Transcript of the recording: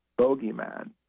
bogeyman